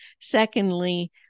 secondly